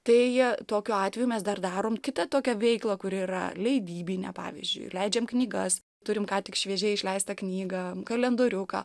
tai tokiu atveju mes dar darom kitą tokią veiklą kuri yra leidybinė pavyzdžiui leidžiam knygas turim ką tik šviežiai išleistą knygą kalendoriuką